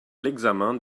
l’examen